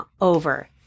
over